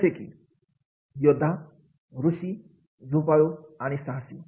जसे की योद्धाऋषी झोपाळू आणि साहसी